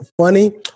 funny